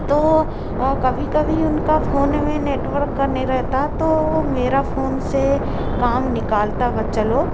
तो कभी कभी उनका फोन में नेटवर्क का नहीं रहता तो मेरा फोन से काम निकलता बच्चा लोग